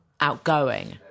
outgoing